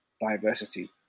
diversity